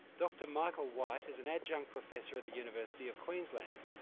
dr michael white is an adjunct professor at the university of queensland,